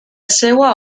seua